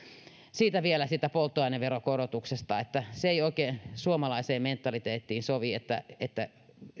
vielä siitä polttoaineveron korotuksesta se ei oikein suomalaiseen mentaliteettiin sovi että että